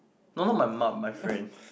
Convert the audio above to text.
no not my mum my friend